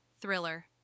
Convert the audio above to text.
Thriller